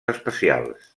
especials